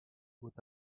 with